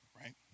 right